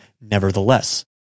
nevertheless